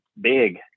big